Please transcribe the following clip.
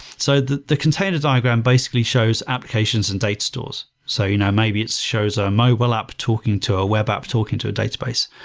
so the the container diagram basically shows applications and data stores. so you know maybe it shows ah mobile app talking to a web app, talking to a database.